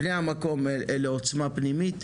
בני המקום אלה עוצמה פנימית,